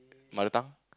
mother tongue